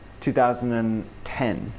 2010